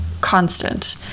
constant